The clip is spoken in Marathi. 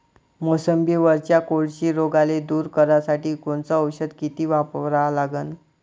मोसंबीवरच्या कोळशी रोगाले दूर करासाठी कोनचं औषध किती वापरा लागन?